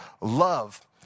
Love